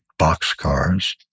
boxcars